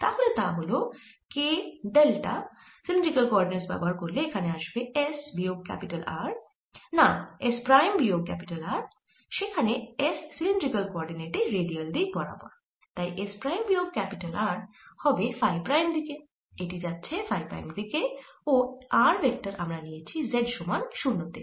তাহলে তা হল k ডেল্টা সিলিন্ড্রিকাল কোঅরডিনেট ব্যাবহার করলে এখানে আসবে s বিয়োগ R না s প্রাইম বিয়োগ R যেখানে s সিলিন্ড্রিকাল কোঅরডিনেটে রেডিয়াল দিক বরাবর তাই s প্রাইম বিয়োগ R হবে ফাই প্রাইম দিকে এটি যাচ্ছে ফাই প্রাইম দিকে ও r ভেক্টর আমরা নিয়েছি z সমান শূন্য তে